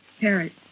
Carrie